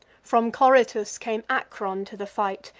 from coritus came acron to the fight,